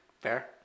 Fair